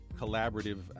collaborative